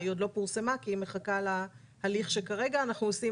היא עוד לא פורסמה כי היא מחכה להליך שכרגע אנחנו עושים,